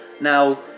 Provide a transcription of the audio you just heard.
Now